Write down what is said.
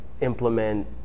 implement